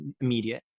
immediate